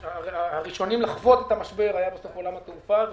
הראשונים לחוות את המשבר היו אנשי עולם התעופה,